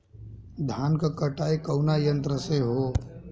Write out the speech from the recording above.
धान क कटाई कउना यंत्र से हो?